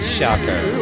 Shocker